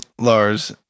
Lars